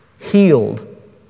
healed